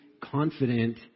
confident